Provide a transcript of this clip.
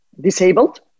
disabled